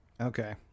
Okay